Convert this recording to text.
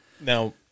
now